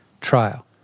trial